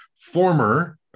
former